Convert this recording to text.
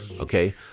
Okay